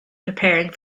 preparing